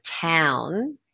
town